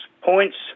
points